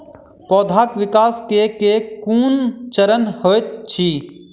पौधाक विकास केँ केँ कुन चरण हएत अछि?